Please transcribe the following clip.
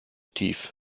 tief